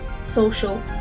social